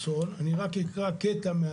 לא, כי אני לא מסכן.